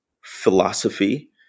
philosophy